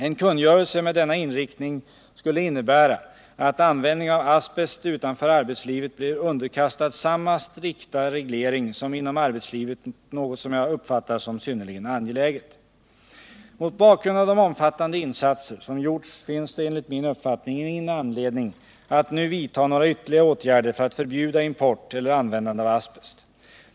En kungörelse med denna inriktning skulle innebära att användning av asbest utanför arbetslivet blir underkastad samma strikta reglering som inom arbetslivet — något som jag uppfattar som synnerligen angeläget. Mot bakgrund av de omfattande insatser som gjorts finns det enligt min uppfattning ingen anledning att nu vidta några ytterligare åtgärder för att förbjuda import eller användande av asbest.